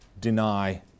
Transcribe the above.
deny